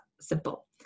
simple